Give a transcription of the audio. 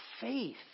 faith